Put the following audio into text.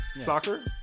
Soccer